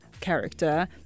character